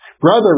brother